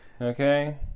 Okay